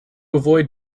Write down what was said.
avoid